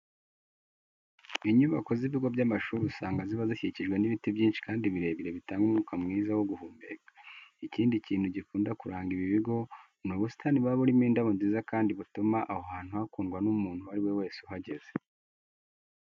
Inyubako z'ibigo by'amashuri usanga ziba zikikijwe n'ibiti byinshi kandi birebire bitanga umwuka mwiza wo guhumeka. Ikindi kintu gikunda kuranga ibi bigo ni ubusitani buba burimo indabo nziza kandi butuma aho hantu hakundwa n'umuntu uwo ari we wese uhageze.